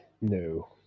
No